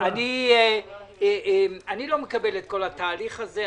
אני לא מקבל את כל התהליך הזה.